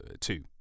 two